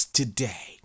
today